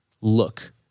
look